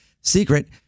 secret